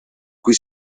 cui